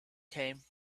came